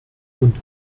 und